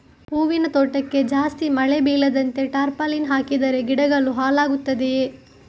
ಹೂವಿನ ತೋಟಕ್ಕೆ ಜಾಸ್ತಿ ಮಳೆ ಬೀಳದಂತೆ ಟಾರ್ಪಾಲಿನ್ ಹಾಕಿದರೆ ಗಿಡಗಳು ಹಾಳಾಗುತ್ತದೆಯಾ?